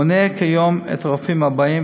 מונה כיום את הרופאים האלה,